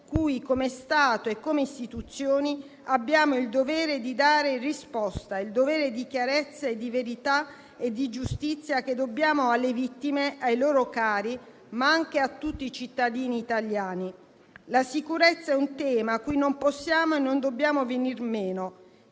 cui, come Stato e come istituzioni, abbiamo il dovere di dare risposta, un dovere di chiarezza, di verità e di giustizia che dobbiamo alle vittime, ai loro cari, ma anche a tutti i cittadini italiani. La sicurezza è un tema cui non possiamo e non dobbiamo venir meno.